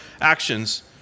actions